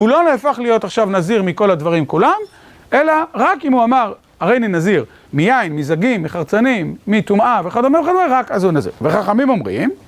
הוא לא נהפך להיות עכשיו נזיר מכל הדברים כולם, אלא רק אם הוא אמר, הרי אני נזיר מיין, מזגים, מחרצנים, מטומאה וכדומה וכדומה, רק אז הוא נזיר. וחכמים אומרים...